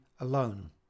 alone